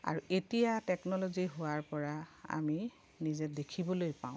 আৰু এতিয়া টেকন'লজি হোৱাৰ পৰা আমি নিজে দেখিবলৈ পাওঁ